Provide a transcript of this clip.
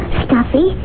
stuffy